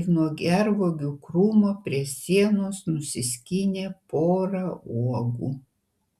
ir nuo gervuogių krūmo prie sienos nusiskynė porą uogų